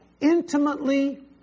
intimately